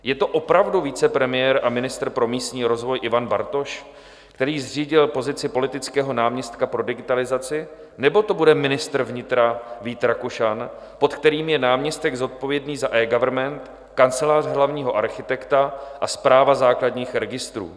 Je to opravdu vicepremiér a ministr pro místní rozvoj Ivan Bartoš, který zřídil pozici politického náměstka pro digitalizaci nebo to bude ministr vnitra Vít Rakušan, pod kterým je náměstek zodpovědný za eGovernment, Kancelář hlavního architekta a Správa základních registrů?